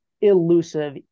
elusive